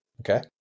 Okay